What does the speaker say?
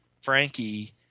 Frankie